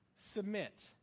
submit